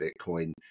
Bitcoin